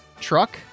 truck